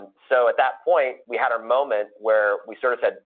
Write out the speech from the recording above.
and so, at that point, we had a moment where we sort of said,